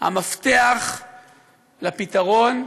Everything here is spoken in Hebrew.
המפתח לפתרון,